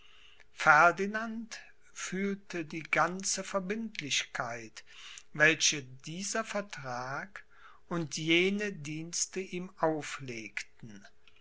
ferdinand fühlte die ganze verbindlichkeit welche dieser vertrag und jene dienste ihm auflegten